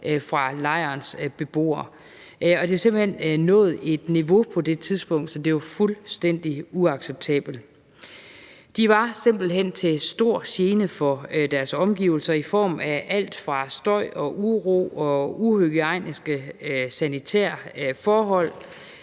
efter lejrens beboere. Det havde simpelt hen på det tidspunkt nået et niveau, hvor det var fuldstændig uacceptabelt. De var simpelt hen til stor gene for deres omgivelser i form af alt fra støj og uro til uhygiejniske sanitære forhold,